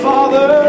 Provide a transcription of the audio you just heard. Father